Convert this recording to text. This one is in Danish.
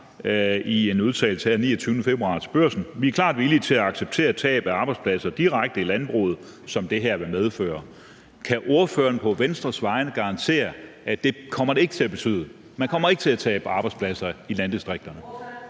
i en udtalelse den 29. februar til Børsen: Vi er klart villige til at acceptere tab af arbejdspladser direkte i landbruget, som det her vil medføre. Kan ordføreren på Venstres vegne garantere, at det kommer det ikke til at betyde, altså at man ikke kommer til at tabe arbejdspladser i landdistrikterne?